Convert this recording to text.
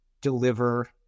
deliver